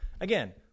Again